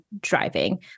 driving